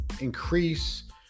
increase